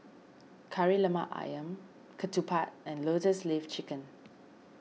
Kari Lemak Ayam Ketupat and Lotus Leaf Chicken